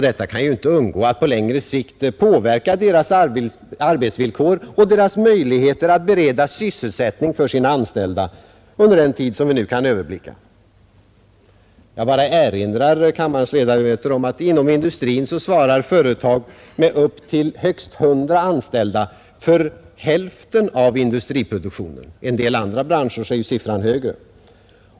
Detta kan inte undgå att på längre sikt påverka deras arbetsvillkor men också deras möjligheter att bereda sysselsättning åt sina anställda under den tid som vi nu kan överblicka. Jag erinrar om att inom industrin svarar företag med upp till hundra anställda för hälften av industriproduktionen. I en del andra näringsgrenar blir siffran än högre.